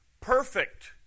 Perfect